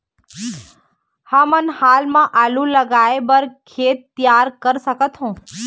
हमन हाल मा आलू लगाइ बर खेत तियार कर सकथों?